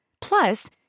Plus